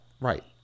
Right